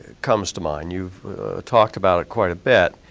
comes to mind. you've talked about it quite a bit.